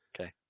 Okay